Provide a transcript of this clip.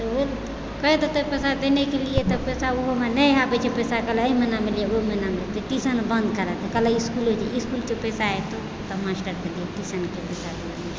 तऽ ओ कहि देतै पैसा देनेके लिए तऽ पैसा ओहोमे नहि आबै छै पैसा कहलियै एहि महिनामे लियौ ओहि महिनामे लियौ ट्यूशन बन्द करा देतै कहतै इसकुले जहि इसकुलसँ पैसा एतौ तऽ मास्टरकेँ देब ट्यूशनकेँ देब